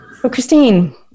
Christine